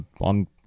on